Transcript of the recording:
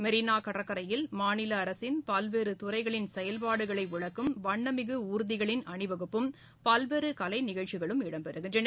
மெரீனா கடற்கரையில் மாநில அரசின் பல்வேறு துறைகளின் செயல்பாடுகளை விளக்கும் வண்ணமிகு ஊர்திகளின் அணிவகுப்பும் பல்வேறு கலை நிகழ்ச்சிகளும் இடம்பெறுகின்றன